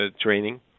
training